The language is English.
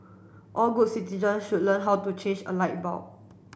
all good citizen should learn how to change a light bulb